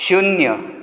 शुन्य